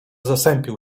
zasępił